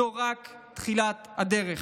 זו רק תחילת הדרך.